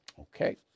Okay